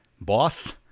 boss